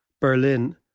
Berlin